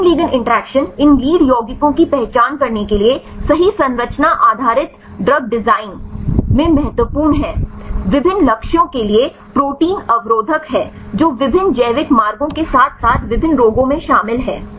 तो protein ligand interaction इन lead यौगिकों की पहचान करने के लिए सही संरचना आधारित दवा डिजाइनड्रग डिज़ाइन में महत्वपूर्ण हैं विभिन्न लक्ष्यों के लिए प्रोटीन अवरोधक हैं जो विभिन्न जैविक मार्गों के साथ साथ विभिन्न रोगों में शामिल हैं